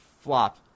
flop